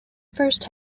first